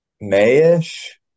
May-ish